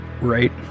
right